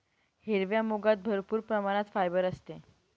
हिरव्या मुगात भरपूर प्रमाणात फायबर असते